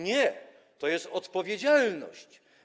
Nie, to jest odpowiedzialność.